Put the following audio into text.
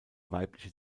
weibliche